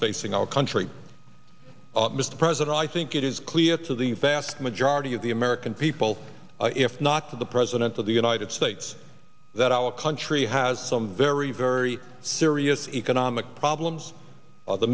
facing our country mr president i think it is clear to the vast majority of the american people if not for the president of the united states that our country has some very very serious economic problems of the